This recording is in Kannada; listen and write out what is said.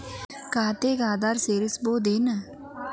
ಖಾತೆಗೆ ಆಧಾರ್ ಸೇರಿಸಬಹುದೇನೂ?